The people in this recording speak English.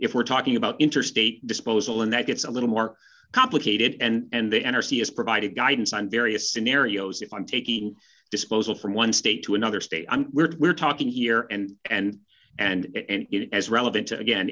if we're talking about interstate disposal and that gets a little more complicated and the n r c has provided guidance on various scenarios if i'm taking disposal from one state to another state i'm weird we're talking here and and and it is relevant again